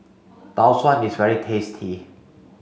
Tau Suan is very tasty